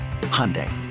Hyundai